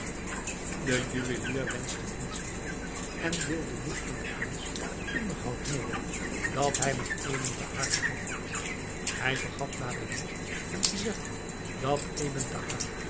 de juwelier wenschte niets liever en deelde nu aan den prins het onderhoud mede dat hij met ebn thahar gehad had hij vergat daarbij niet hem te zeggen dat ebn thahar